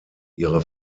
ihre